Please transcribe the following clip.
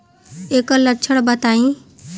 ऐकर लक्षण बताई?